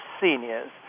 seniors